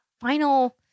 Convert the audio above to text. final